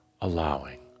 allowing